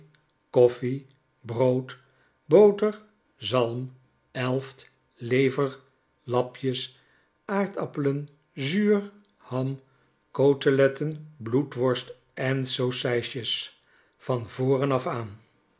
koffie brood boter zalm elft lever lapjes aardappelen zuur ham coteletten bloedworst en saucijsjes van voren af aan